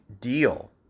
deal